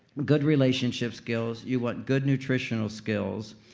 good relationship skills. you want good nutritional skills.